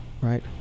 Right